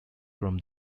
from